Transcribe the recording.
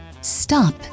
Stop